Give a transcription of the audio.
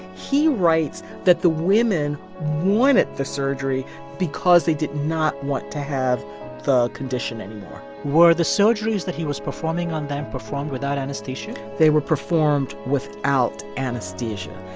he writes that the women wanted the surgery because they did not want to have the condition anymore were the surgeries that he was performing on them performed without anesthesia? they were performed without anesthesia.